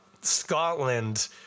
Scotland